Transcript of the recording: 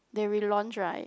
they relaunch right